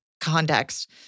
Context